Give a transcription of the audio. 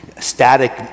static